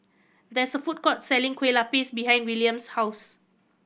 there is a food court selling Kueh Lupis behind Wiliam's house